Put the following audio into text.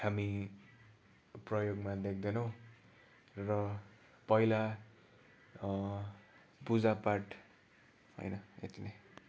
हामी प्रयोगमा देख्दैनौँ र पहिला पुजापाठ होइन यति नै